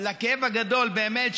לכאב הגדול באמת,